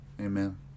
amen